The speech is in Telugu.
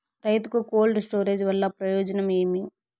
రైతుకు కోల్డ్ స్టోరేజ్ వల్ల ప్రయోజనం ఏమి?